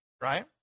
right